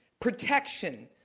protection,